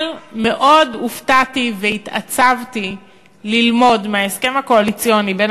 אבל מאוד הופתעתי והתעצבתי ללמוד מההסכם הקואליציוני בין